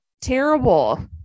terrible